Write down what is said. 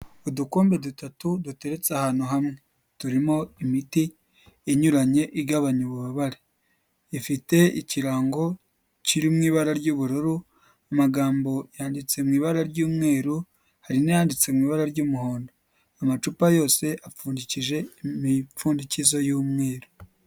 Udukombe dutatu duteretse ahantu hamwe, turimo imiti inyuranye igabanya ububabare, ifite ikirango kiri mu ibara ry'ubururu, amagambo yanditse mu ibara ry'umweru, hari n'ayanditse mu ibara ry'umuhondo, amacupa yose apfundikije imipfundikizo y'umweru.